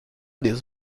des